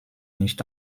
nicht